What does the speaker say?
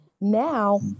Now